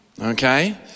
Okay